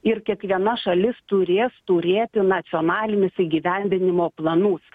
ir kiekviena šalis turės turėti nacionalinius įgyvendinimo planus